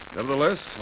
Nevertheless